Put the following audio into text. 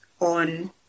on